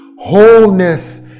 wholeness